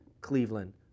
Cleveland